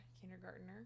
kindergartner